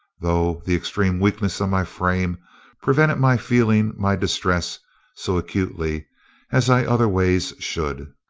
though the extreme weakness of my frame prevented my feeling my distress so acutely as i otherways should.